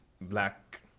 black